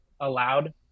allowed